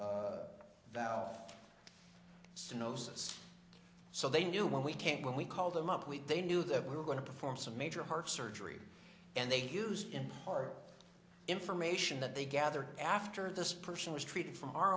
gnosis so they knew when we came when we called them up we they knew that we were going to perform some major heart surgery and they used in our information that they gather after this person was treated from our